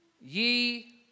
ye